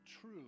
true